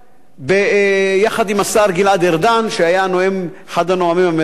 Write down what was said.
יחד עם השר גלעד ארדן, שהיה אחד הנואמים המרכזיים,